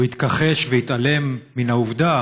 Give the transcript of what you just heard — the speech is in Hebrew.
הוא התכחש והתעלם מן העובדה